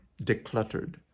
decluttered